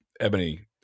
Ebony